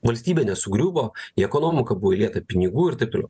valstybė nesugriuvo į ekonomiką buvo įlieta pinigų ir taip toliau